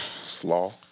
Slaw